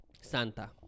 Santa